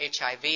HIV